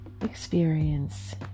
experience